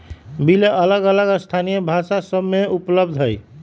bill अलग अलग स्थानीय भाषा सभ में उपलब्ध हइ